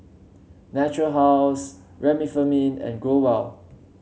Natura House Remifemin and Growell